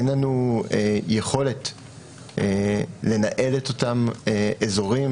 אין לנו יכולת לנהל את אותם אזורים